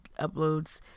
uploads